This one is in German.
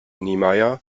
niemeyer